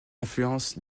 influence